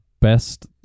best